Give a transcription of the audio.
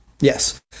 yes